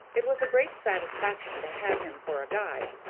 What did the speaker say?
it was a great satisfaction to have him for a guide,